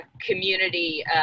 community